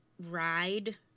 ride